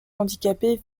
handicapées